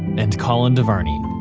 and colin devarney